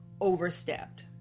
overstepped